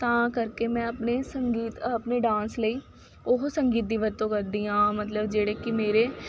ਤਾਂ ਕਰਕੇ ਮੈਂ ਆਪਣੇ ਸੰਗੀਤ ਆਪਣੇ ਡਾਂਸ ਲਈ ਉਹ ਸੰਗੀਤ ਦੀ ਵਰਤੋਂ ਕਰਦੀ ਹਾਂ ਮਤਲਬ ਜਿਹੜੇ ਕਿ ਮੇਰੇ